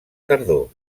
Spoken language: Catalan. tardor